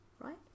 Right